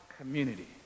community